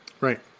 Right